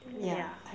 yeah